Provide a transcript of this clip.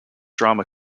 drama